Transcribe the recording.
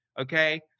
Okay